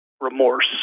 remorse